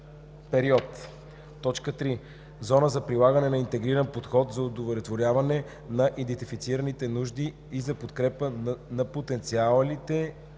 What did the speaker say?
период; 3. зони за прилагане на интегриран подход за удовлетворяване на идентифицираните нужди и за подкрепа на потенциалите